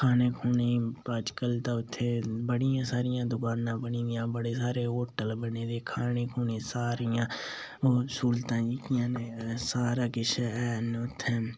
खाने गी अजकल ते उत्थै एह् बड़ियां सारियां दुकानां बनी दियां बड़े सारे होटल बने दे खाने सारियां हून सूह्लतां जेह्कियां न सारा किश हैन उत्थै